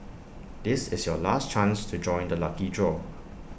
this is your last chance to join the lucky draw